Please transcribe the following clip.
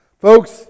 Folks